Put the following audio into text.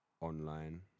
online